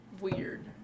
weird